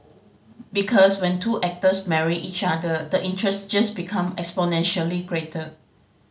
because when two actors marry each other the interest just become exponentially greater